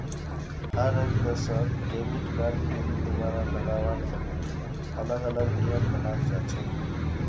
हर एक देशत debit card PIN दुबारा लगावार तने अलग अलग नियम बनाल जा छे